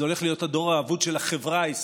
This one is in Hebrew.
זה הולך להיות הדור האבוד של החברה הישראלית: